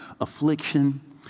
affliction